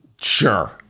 sure